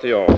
säga!